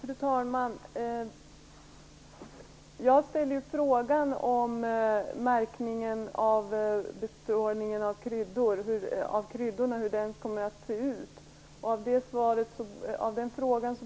Fru talman! Jag ställde ju en fråga om hur märkning av bestrålade kryddor kommer att se ut. Av det